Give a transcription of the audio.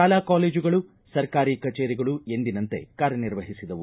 ಶಾಲಾ ಕಾಲೇಜುಗಳು ಸರ್ಕಾರಿ ಕಜೇರಿಗಳು ಎಂದಿನಂತೆ ಕಾರ್ಯನಿರ್ವಹಿಸಿದವು